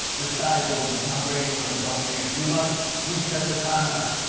the sky is orange, and tom brady is on the buccaneers. we must reset the timeline.